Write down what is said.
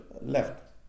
left